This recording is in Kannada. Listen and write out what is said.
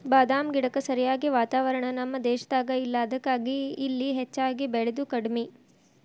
ಬಾದಾಮ ಗಿಡಕ್ಕ ಸರಿಯಾದ ವಾತಾವರಣ ನಮ್ಮ ದೇಶದಾಗ ಇಲ್ಲಾ ಅದಕ್ಕಾಗಿ ಇಲ್ಲಿ ಹೆಚ್ಚಾಗಿ ಬೇಳಿದು ಕಡ್ಮಿ